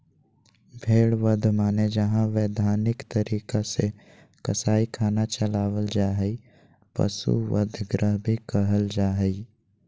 भेड़ बध माने जहां वैधानिक तरीका से कसाई खाना चलावल जा हई, पशु वध गृह भी कहल जा हई